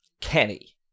Kenny